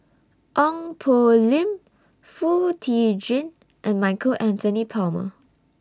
Ong Poh Lim Foo Tee Jun and Michael Anthony Palmer